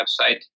website